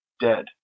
dead